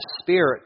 spirit